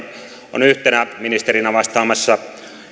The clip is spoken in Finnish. on yhtenä ministerinä vastaamassa